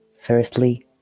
Firstly